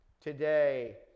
today